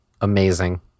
Amazing